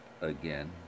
again